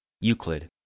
Euclid